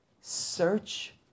search